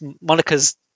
Monica's